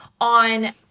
on